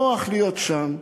נוח להיות שם.